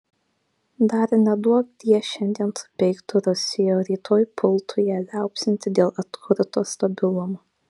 dar neduokdie šiandien supeiktų rusiją o rytoj pultų ją liaupsinti dėl atkurto stabilumo